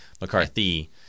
McCarthy